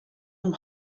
him